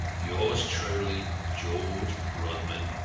yours truly, george grodman.